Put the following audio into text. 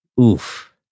oof